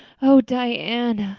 oh, diana,